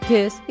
Kiss